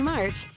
March